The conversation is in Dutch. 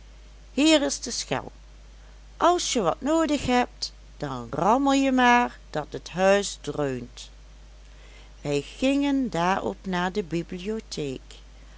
hier is de schel als je wat noodig hebt dan rammel je maar dat het huis dreunt wij gingen daarop naar de bibliotheek